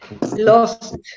Lost